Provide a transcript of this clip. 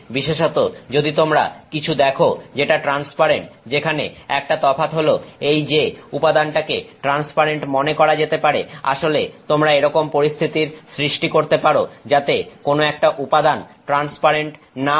বিশেষত যদি তোমরা কিছু দেখো যেটা ট্রান্সপারেন্ট যেখানে একটা তফাৎ হল এই যে উপাদানটাকে ট্রান্সপারেন্ট মনে করা যেতে পারে আসলে তোমরা এরকম পরিস্থিতির সৃষ্টি করতে পারো যাতে কোন একটা উপাদান ট্রান্সপারেন্ট না হয়